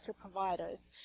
providers